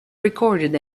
recorded